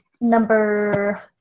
number